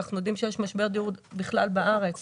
ואנחנו יודעים שיש משבר דיור בכלל בארץ.